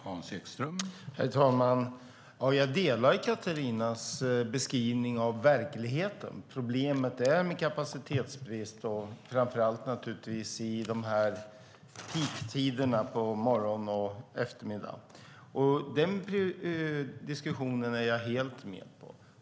Herr talman! Jag delar Catharinas beskrivning av verkligheten. Problemet är en kapacitetsbrist, framför allt under peaktiderna på morgon och eftermiddag. Den diskussionen är jag helt med på.